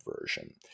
version